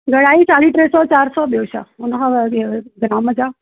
घणाई साढ़ी टे सौ चारि सौ ॿियो उन खां वरी घणा छा